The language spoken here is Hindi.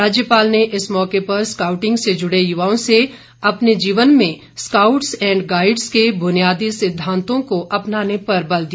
राज्यपाल ने इस मौके पर स्काउटिंग से जुड़े युवाओं से अपने जीवन में स्काउट्स एंड गाईडस के बुनियादी सिद्वांतों को अपनाने पर बल दिया